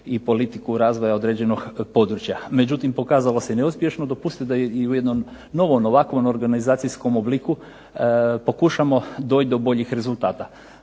i politiku razvoja određenog područja. Međutim, pokazalo se neuspješno. Dopustite vam da jednom novom organizacijskom obliku pokušamo doći do boljih rezultata.